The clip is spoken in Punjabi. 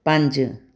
ਪੰਜ